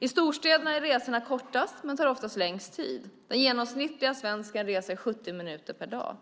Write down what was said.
I storstäderna är resorna kortast men tar oftast längst tid. Den genomsnittliga svensken reser 70 minuter per dag.